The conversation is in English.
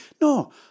No